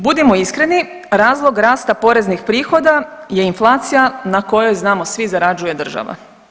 Budimo iskreni razlog rasta poreznih prihoda je inflacija na kojoj znamo svi zarađuje država.